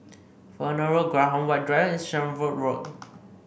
Fernhill Road Graham White Drive and Shenvood Road